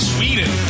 Sweden